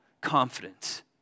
confidence